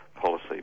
policy